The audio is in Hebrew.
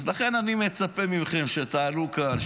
לכן אני מצפה מכם שתעלו לכאן,